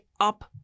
up